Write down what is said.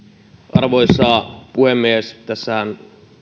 arvoisa puhemies tässähän